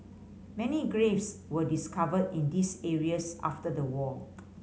many graves were discovered in these areas after the war